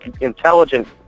intelligent